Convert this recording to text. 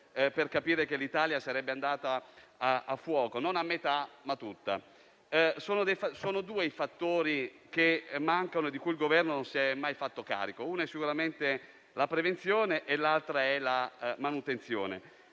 per capire che l'Italia sarebbe andata a fuoco, non a metà, ma tutta. Sono due i fattori che mancano e di cui il Governo non si è mai fatto carico: uno è sicuramente la prevenzione e l'altro è la manutenzione.